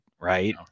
right